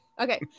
okay